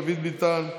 דוד ביטן,